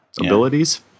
abilities